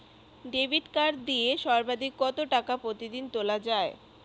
Debit card দিয়ে সর্বাধিক কত টাকা প্রতিদিন তোলা য়ায়?